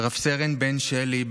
רב-סרן בן שלי,